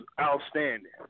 outstanding